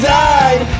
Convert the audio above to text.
died